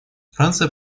франция